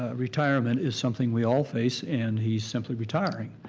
retirement is something we all face and he's simply retiring.